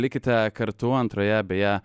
likite kartu antroje beje